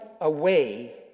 away